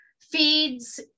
feeds